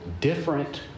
different